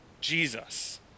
Jesus